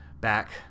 back